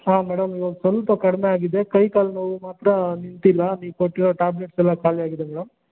ಹಾಂ ಮೇಡಮ್ ಈವಾಗ ಸ್ವಲ್ಪ ಕಡಿಮೆ ಆಗಿದೆ ಕೈ ಕಾಲು ನೋವು ಮಾತ್ರ ನಿಂತಿಲ್ಲ ನೀವು ಕೊಟ್ಟಿರೋ ಟ್ಯಾಬ್ಲೇಟ್ಸ್ ಎಲ್ಲ ಖಾಲಿ ಆಗಿದೆ ಮೇಡಮ್